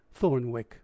thornwick